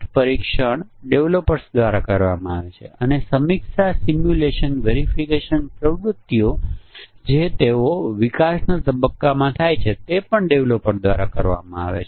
તેથી મેં આમાંથી બે લખ્યા મોટા મોટા નાના નાના સામાન્ય સામાન્ય લખ્યા છે અને પછી આ આપણે એક પછી એક portrait landscape portrait landscape portrait landscape લખ્યા છે